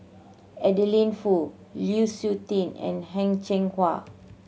Adeline Foo Lu Suitin and Heng Cheng Hwa